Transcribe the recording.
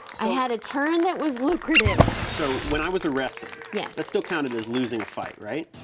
i had a turn that was lucrative. so, when i was arrested. yes. that still counted as losing a fight, right?